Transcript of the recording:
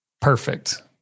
Perfect